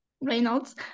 Reynolds